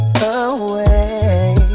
away